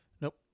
Nope